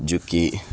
جو کہ